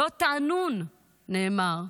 "לא תענון", נאמר.